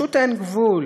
פשוט אין גבול,